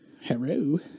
Hello